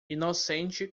inocente